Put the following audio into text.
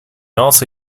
also